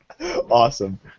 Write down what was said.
Awesome